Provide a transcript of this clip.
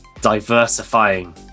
diversifying